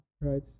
right